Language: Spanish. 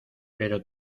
pero